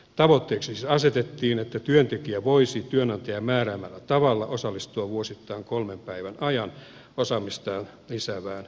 tavoitteeksi siis asetettiin että työntekijä voisi työnantajan määräämällä tavalla osallistua vuosittain kolmen päivän ajan osaamistaan lisäävään koulutukseen